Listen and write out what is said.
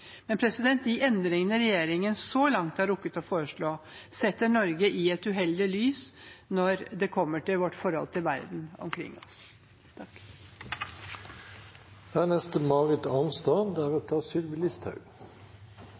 de endringene regjeringen så langt har rukket å foreslå, setter Norge i et uheldig lys når det gjelder vårt forhold til verden omkring oss.